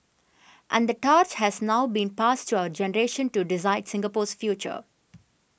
and the torch has now been passed to our generation to decide Singapore's future